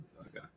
Okay